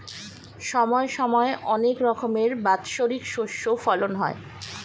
সময় সময় অনেক রকমের বাৎসরিক শস্য ফলন হয়